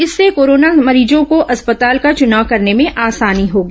इससे कोरोना मरीजों को अस्पताल का चुनाव करने में आसानी होगी